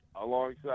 alongside